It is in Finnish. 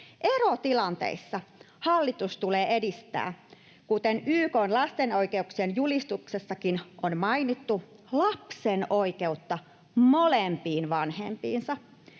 Erotilanteissa hallitus tulee edistämään, kuten YK:n lasten oikeuksien julistuksessakin on mainittu, lapsen oikeutta molempiin vanhempiinsa.